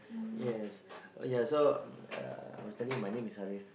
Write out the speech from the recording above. yes ya so I uh was telling you my name is Harif